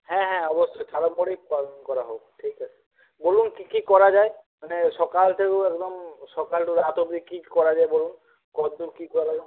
হ্যাঁ হ্যাঁ অবশ্যই সাড়ম্বরেই করা হোক ঠিক আছে বলুন কী কী করা যায় মানে সকাল একদম সকাল রাত অব্দি কী করা যায় বলুন কদ্দুর কী করা